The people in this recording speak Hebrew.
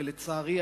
ולצערי,